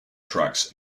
tracks